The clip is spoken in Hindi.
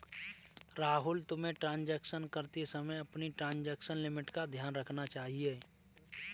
राहुल, तुम्हें ट्रांजेक्शन करते समय अपनी ट्रांजेक्शन लिमिट का ध्यान रखना चाहिए